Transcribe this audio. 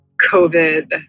COVID